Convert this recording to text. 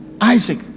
Isaac